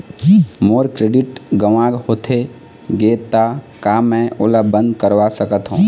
मोर credit गंवा होथे गे ता का मैं ओला बंद करवा सकथों?